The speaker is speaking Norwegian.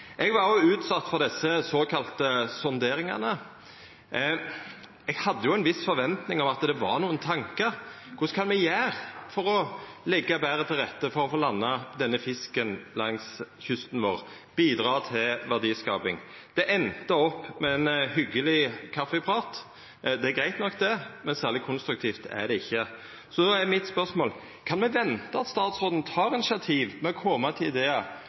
Eg var òg utsett for desse såkalla sonderingane. Eg hadde jo ei viss forventning om at det var nokre tankar der – kva skal me gjera for å leggja betre til rette for å få landa denne fisken langs kysten vår og bidra til verdiskaping? Det enda med ein hyggeleg kaffiprat, det er greitt nok det, men særleg konstruktivt er det ikkje. Så er mitt spørsmål: Kan me venta at statsråden tek initiativ til å koma med idear